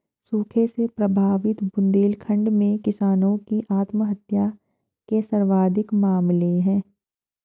सूखे से प्रभावित बुंदेलखंड में किसानों की आत्महत्या के सर्वाधिक मामले है